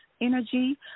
energy